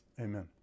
Amen